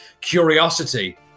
curiosity